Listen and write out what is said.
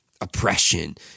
oppression